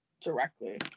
directly